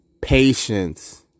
patience